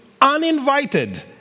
uninvited